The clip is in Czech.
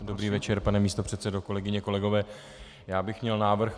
Dobrý večer, pane místopředsedo, kolegyně, kolegové, já bych měl návrh.